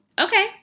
okay